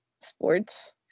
sports